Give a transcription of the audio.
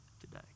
today